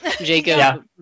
Jacob